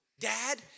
Dad